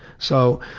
so